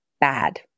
bad